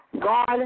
God